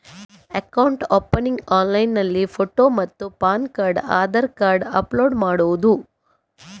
Account opening ಆನ್ಲೈನ್ನಲ್ಲಿ photo ಮತ್ತು PAN card Aadhaar card upload ಮಾಡುವುದು?